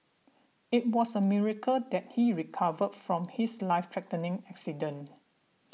it was a miracle that he recovered from his life threatening accident